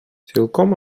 цілком